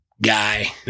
guy